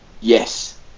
Yes